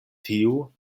tiu